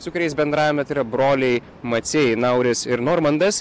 su kuriais bendravome tai yra broliai maciai nauris ir normandas